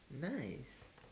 nice